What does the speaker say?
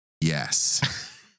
yes